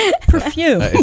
perfume